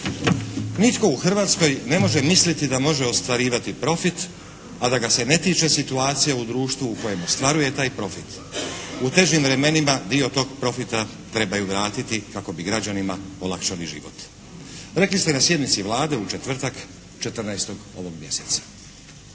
Nitko u Hrvatskoj ne može misliti da može ostvarivati profit a da ga se ne tiče situacija u društvu u kojem ostvaruje taj profit. U težim vremenima dio tog profita trebaju vratiti kako bi građanima olakšali život. Rekli ste na sjednici Vlade u četvrtak 14. ovog mjeseca.